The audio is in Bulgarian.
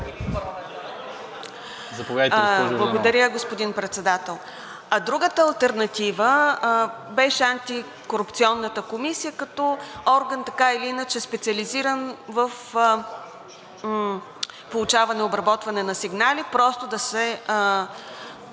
Благодаря, господин Председател. А другата алтернатива беше Антикорупционната комисия като орган, така или иначе специализиран в получаване и обработване на сигнали, просто да се